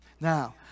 Now